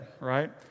right